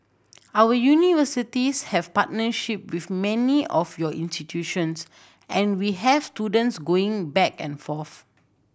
our universities have partnership with many of your institutions and we have students going back and forth